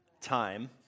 time